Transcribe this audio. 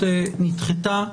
ההסתייגות נדחתה.